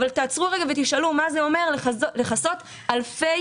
אבל תעצרו רגע ותשאלו מה זה אומר לכסות אלפי